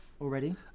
already